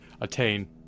attain